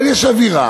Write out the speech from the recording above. אבל יש אווירה,